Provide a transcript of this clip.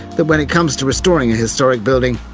that when it comes to restoring a historic building,